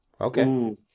okay